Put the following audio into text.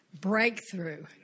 breakthrough